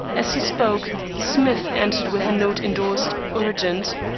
as he spoke, smith entered with a note endorsed urgent.